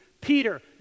Peter